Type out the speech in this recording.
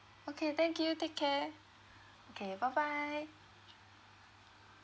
okay thank you take care okay bye bye